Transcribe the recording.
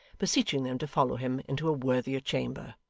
beseeching them to follow him into a worthier chamber.